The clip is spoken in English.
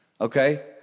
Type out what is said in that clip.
okay